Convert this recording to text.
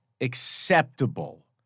acceptable